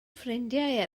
ffrindiau